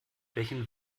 welchen